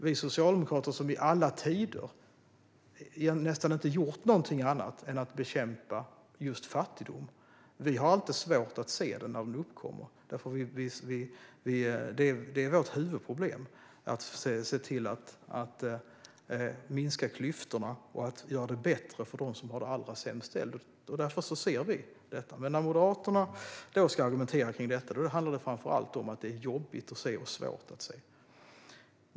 Vi socialdemokrater, som i alla tider nästan inte gjort något annat än att just bekämpa fattigdom, har inte svårt att se den när den uppkommer. Vårt huvudproblem är att minska klyftorna och göra det bättre för dem som har det allra sämst ställt. Därför ser vi detta. Men när Moderaterna ska argumentera kring detta handlar det framför allt om att det är jobbigt och svårt att se.